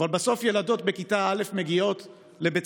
אבל בסוף ילדות בכיתה א' מגיעות לבית